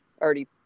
already